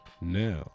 now